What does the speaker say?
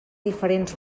diferents